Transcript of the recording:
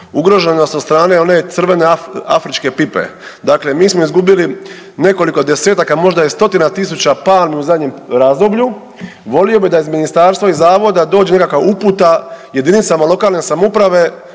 Ugrožene su od strane one crvene afričke pipe, dakle mi smo izgubili nekoliko desetaka možda i stotina tisuća palmi u zadnjem razdoblju, volio bi da iz ministarstva i zavoda dođu nekakva uputa jedinicama lokalne samouprave,